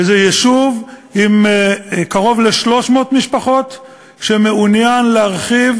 וזה יישוב עם קרוב ל-300 משפחות שמעוניין להרחיב